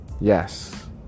yes